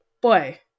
boy